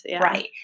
right